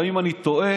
גם אם אני טועה